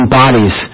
bodies